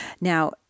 Now